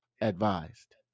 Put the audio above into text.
advised